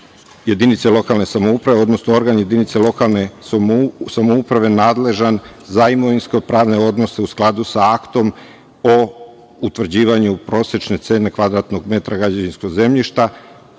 jedinice lokalne samouprave, odnosno organ jedinice lokalne samouprave nadležan za imovinsko-pravne odnose, u skladu sa aktom o utvrđivanju prosečne cene kvadratnog metra građevinskog zemljišta